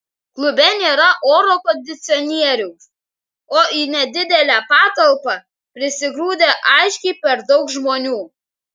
klube nėra oro kondicionieriaus o į nedidelę patalpą prisigrūdę aiškiai per daug žmonių